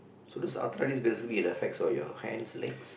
so this arthritis basically affects what your hands legs